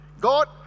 God